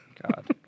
God